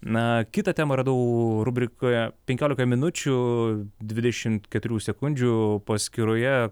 na kitą temą radau rubrikoje penkiolikoj minučių dvidešimt keturių sekundžių paskyroje